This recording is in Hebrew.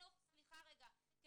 --- אתה לא יכול להפיל על הילד הזה.